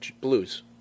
Blues